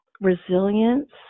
resilience